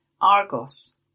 Argos